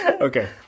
Okay